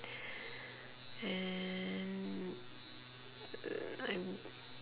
and uh I'm